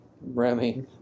Remy